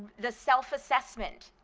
the self-assessment,